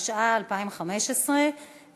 התשע"ה 2015,